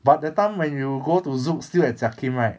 but that time when you go to zouk still at jiak kim right